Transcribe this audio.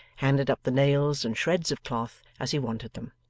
handed up the nails and shreds of cloth as he wanted them.